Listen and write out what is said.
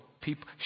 People